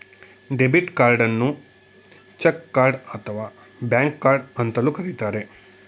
debit ಕಾರ್ಡನ್ನು ಚಕ್ card ಅಥವಾ ಬ್ಯಾಂಕ್ ಕಾರ್ಡ್ ಅಂತಲೂ ಕರಿತರೆ